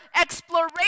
exploration